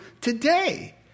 today